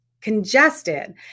Congested